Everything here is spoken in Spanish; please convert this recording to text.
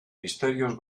misterios